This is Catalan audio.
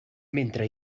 mentre